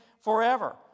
Forever